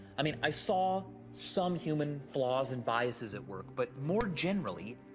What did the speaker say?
i mean, i saw some human flaws and biases at work, but more generally,